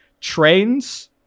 trains